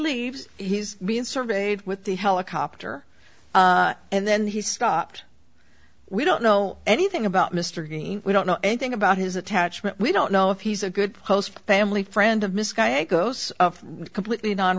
leaves he's being surveyed with the helicopter and then he stopped we don't know anything about mr green we don't know anything about his attachment we don't know if he's a good post family friend of miss guy he goes completely non